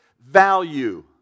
value